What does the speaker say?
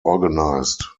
organized